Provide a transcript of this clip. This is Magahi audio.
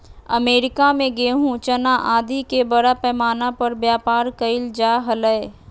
अमेरिका में गेहूँ, चना आदि के बड़ा पैमाना पर व्यापार कइल जा हलय